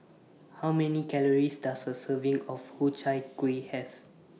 How Many Calories Does A Serving of Ku Chai Kuih Have